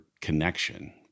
connection